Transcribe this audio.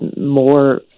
More